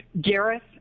Gareth